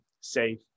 safe